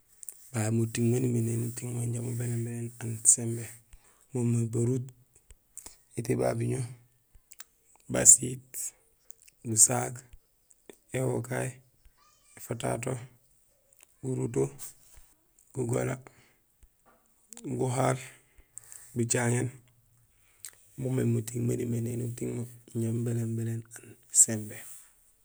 Babé muting maan umimé éni uting mo inja mubénéén bénéén aan simbé mo moomé barut, étébabuŋo, basiit, gusaak, éwokay, éfatato, guruto, gugola, guhaal, bacaŋéén; mémééŋ muting maan umimé éni uting mo inja mubénénn bénéén aan simbé.